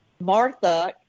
Martha